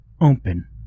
open